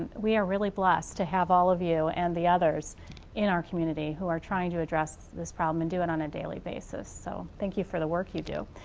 we are really blessed to have all of you and the others in our community who are trying to address this problem. and do it on a daily basis. so, thank you for the work you do.